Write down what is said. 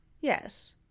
Yes